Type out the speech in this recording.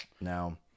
Now